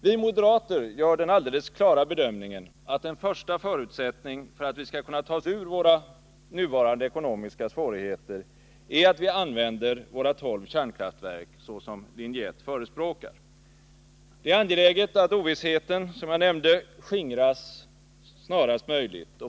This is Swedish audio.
Vi moderater gör den alldeles klara bedömningen att en första förutsättning för att vi skall kunna ta oss ur våra nuvarande ekonomiska svårigheter är att vi använder våra 12 kärnkraftverk så som linje 1 förespråkar. Det är angeläget att ovissheten på denna punkt skingras snarast möjligt.